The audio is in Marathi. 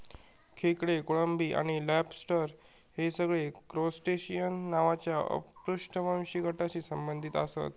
खेकडे, कोळंबी आणि लॉबस्टर हे सगळे क्रस्टेशिअन नावाच्या अपृष्ठवंशी गटाशी संबंधित आसत